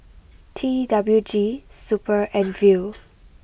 T W G super and Viu